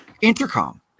intercom